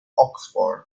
oxford